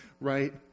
right